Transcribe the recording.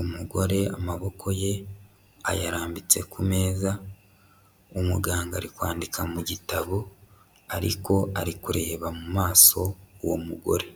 umugore amaboko ye ayarambitse ku meza, umuganga ari kwandika mu gitabo ariko arikureba mu maso uwo mugore.